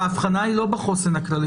ההבחנה היא לא בחוסן הכללי,